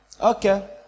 Okay